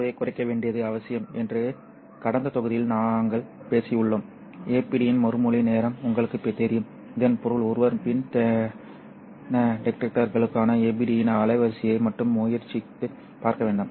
இந்த தொகுதியைக் குறைக்க வேண்டியது அவசியம் என்று கடந்த தொகுதியில் நாங்கள் பேசியுள்ளோம் APDயின் மறுமொழி நேரம் உங்களுக்குத் தெரியும் இதன் பொருள் ஒருவர் PIN டிடெக்டர்களுக்கான APDயின் அலைவரிசையை மட்டும் முயற்சித்துப் பார்க்க வேண்டும்